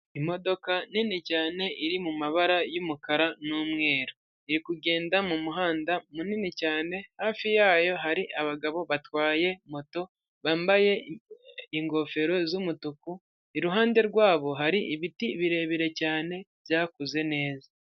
Imodoka nini cyane iri mabara y'umukara n'umweru iri kugenda mu muhanda munini cyane, hafi yayo hari abagabo batwaye moto bambaye ingofero z'umutuku, iruhande rwabo hari ibiti birebire cyane byakuze neza.